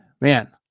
man